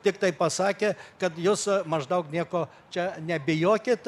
tiktai pasakė kad jūs maždaug nieko čia nebijokit